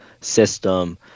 system